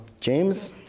James